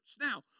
Now